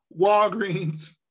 Walgreens